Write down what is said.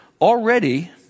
already